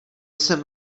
jsem